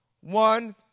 one